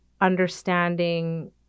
understanding